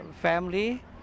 family